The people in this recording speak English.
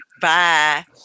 Bye